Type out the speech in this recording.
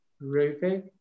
Ruby